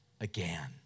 again